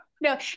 No